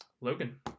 logan